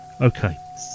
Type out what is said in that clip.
Okay